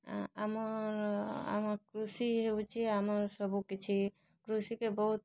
ଆମର୍ ଆମର୍ କୃଷି ହେଉଛେ ଆମର୍ ସବୁକିଛି କୃଷିକେ ବହୁତ୍